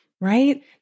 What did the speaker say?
Right